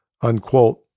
unquote